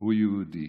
הוא יהודי,